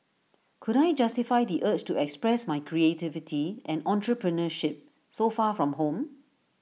could I justify the urge to express my creativity and entrepreneurship so far from home